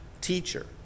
Teacher